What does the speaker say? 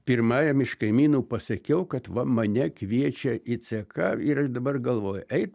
pirmajam iš kaimynų pasakiau kad va mane kviečia į ck ir aš dabar galvoju eit